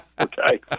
Okay